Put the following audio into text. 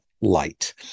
light